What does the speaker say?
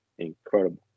incredible